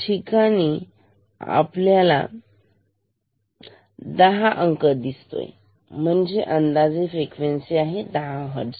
ठिकाणी आपल्याला दहा अंक दिसतोय म्हणजे अंदाजे फ्रिक्वेन्सी आहे 10 हर्टझ